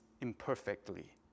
imperfectly